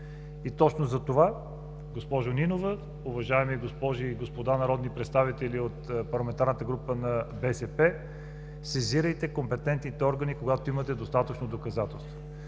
И точно затова, госпожо Нинова, уважаеми госпожи и господа народни представители от парламентарната група на БСП, сезирайте компетентните органи, когато имате достатъчно доказателства.